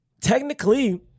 technically